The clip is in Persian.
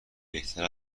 بهتر